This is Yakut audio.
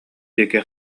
диэки